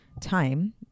time